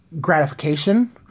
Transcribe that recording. gratification